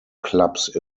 clubs